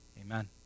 Amen